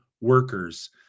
workers